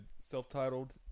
self-titled